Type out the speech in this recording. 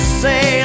say